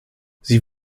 sie